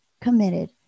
committed